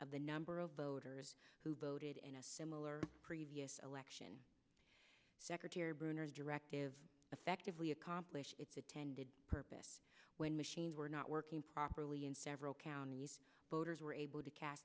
of the number of voters who voted in a similar previous election secretary brewer's directive effectively accomplish its intended purpose when machines were not working properly in several counties voters were able to ca